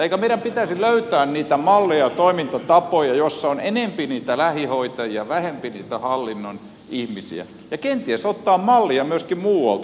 eikö meidän pitäisi löytää niitä malleja ja toimintatapoja joissa on enempi niitä lähihoitajia vähempi niitä hallinnon ihmisiä ja kenties ottaa mallia myöskin muualta